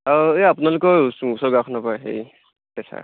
অঁ এই আপোনালোকৰ ওচ ওচৰৰ গাঁওখনৰ পৰা এই পেচাৰ